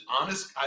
honest